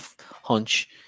hunch